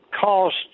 cost